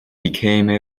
became